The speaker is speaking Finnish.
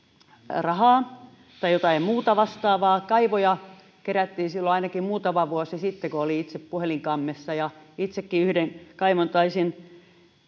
rahaa tai jotain muuta vastaavaa kaivoja kerättiin ainakin muutama vuosi sitten kun olin itse puhelimen kammessa itsekin yhden kaivon taisin myös